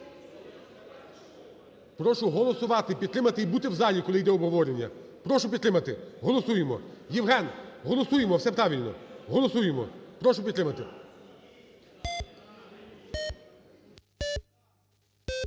Прошу голосувати, підтримати, і бути в залі, коли йде обговорення. Прошу підтримати. Голосуємо. Євген, голосуємо! Все правильно. Голосуємо. Прошу підтримати.